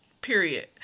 Period